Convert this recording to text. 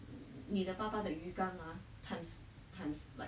你的爸爸的鱼缸 ah times times like